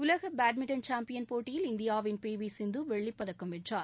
உலக badminton champion போட்டியில் இந்தியாவின் பி வி சிந்து வெள்ளிப் பதக்கம் வென்றார்